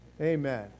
Amen